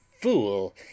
fool